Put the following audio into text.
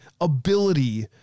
ability